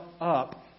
up